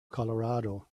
colorado